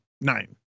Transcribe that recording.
nine